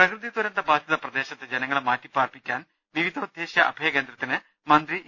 പ്രകൃതി ദുരന്ത ബാധിത പ്രദേശത്തെ ജനങ്ങളെ മാറ്റിപ്പാർപ്പിക്കാൻ വിവിധോ ദ്ദേശ്യ അഭയ കേന്ദ്രത്തിന് മന്ത്രി ഇ